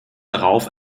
darauf